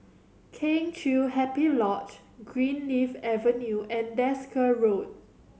Kheng Chiu Happy Lodge Greenleaf Avenue and Desker Road